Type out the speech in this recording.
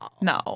No